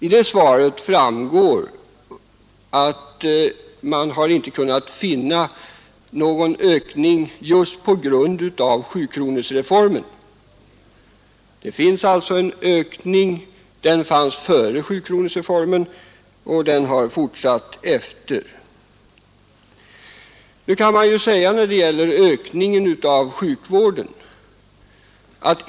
Av det svaret framgår att den tidigare ökningen av anspråken på sjukvård har fortsatt men att man inte kunnat finna någon ökning just på grund av sjukronorsreformen.